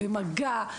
במגע,